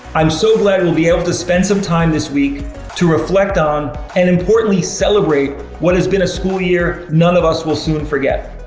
i'm so glad we'll be able to spend some time this week to reflect on, and importantly celebrate, what has been a school year none of us will soon forget.